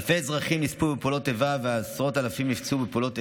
אלפי אזרחים נספו בפעולות איבה ועשרות אלפים נפצעו בפעולות איבה,